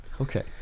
Okay